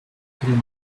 through